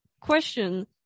question